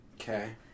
Okay